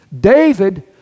David